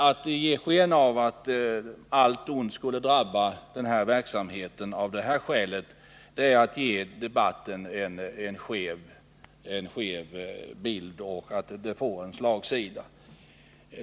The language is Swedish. Att ge sken av att allt ont skulle drabba verksamheten av det här skälet gör att debatten får slagsida och ger en skev bild av verkligheten.